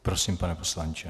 Prosím, pane poslanče.